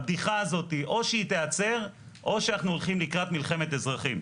הבדיחה הזאת או שהיא תיעצר או שאנחנו הולכים לקראת מלחמת אזרחים.